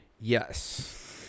Yes